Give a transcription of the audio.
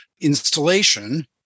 installation